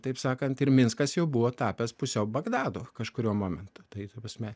taip sakant ir minskas jau buvo tapęs pusiau bagdadu kažkuriuo momentu tai ta prasme